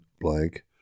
blank